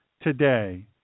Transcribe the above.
today